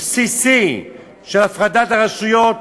הבסיסי של הפרדת הרשויות,